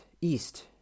east